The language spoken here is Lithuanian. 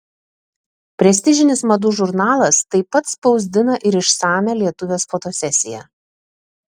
prestižinis madų žurnalas taip pat spausdina ir išsamią lietuvės fotosesiją